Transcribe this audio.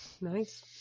Nice